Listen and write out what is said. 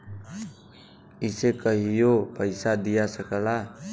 इसे कहियों पइसा दिया सकला